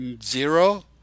zero